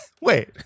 wait